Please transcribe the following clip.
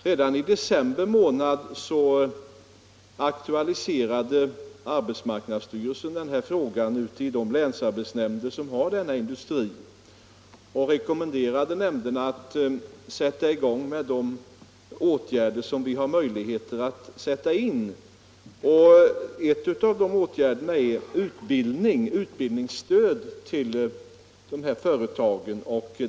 Redan i december månad aktualiserade arbetsmarknadsstyrelsen frågan hos länsarbetsnämnderna i de län som har denna industri och rekommenderade nämnderna att vidta de åtgärder som det var möjligt att sätta in. En av dessa åtgärder är utbildningsstöd till företagen.